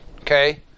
okay